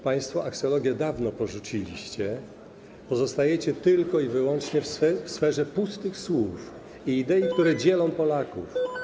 Państwo aksjologię dawno porzuciliście, pozostajecie tylko i wyłącznie w sferze pustych słów i idei, które dzielą Polaków.